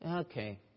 Okay